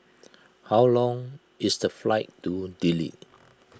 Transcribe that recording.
how long is the flight to Dili